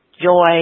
joy